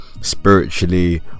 spiritually